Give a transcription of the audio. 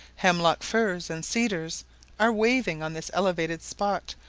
hemlock firs and cedars are waving on this elevated spot,